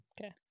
Okay